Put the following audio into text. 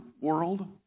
world